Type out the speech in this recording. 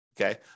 okay